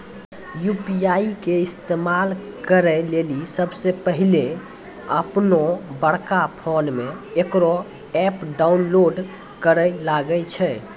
UPI के इस्तेमाल करै लेली सबसे पहिलै अपनोबड़का फोनमे इकरो ऐप डाउनलोड करैल लागै छै